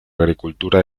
agricultura